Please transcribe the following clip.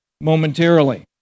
momentarily